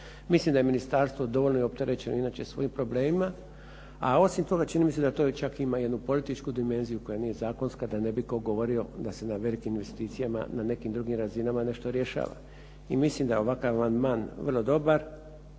Mislim da je ministarstvo dovoljno opterećeno inače svojim problemima, a osim toga čini mi se da to već čak ima i jednu političku dimenziju koja nije zakonska da ne bi tko govorio da se na velikim investicijama na nekim drugim razinama nešto rješava. I mislim da je ovakav amandman vrlo dobar.